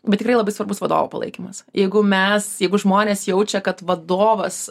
bet tikrai labai svarbus vadovų palaikymas jeigu mes jeigu žmonės jaučia kad vadovas